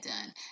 done